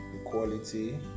equality